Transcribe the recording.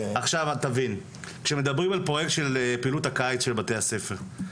אתה צריך להבין שכשמדברים על פרויקט של פעילות הקיץ של בתי הספר,